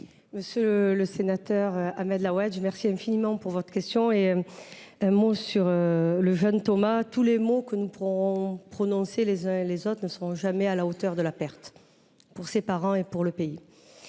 Monsieur le sénateur Ahmed Laouedj, je vous remercie infiniment de votre question et d’avoir eu un mot pour le jeune Thomas. Tous les mots que nous pourrons prononcer les uns et les autres ne seront jamais à la hauteur d’une telle perte, pour ses parents et pour le pays.